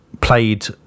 played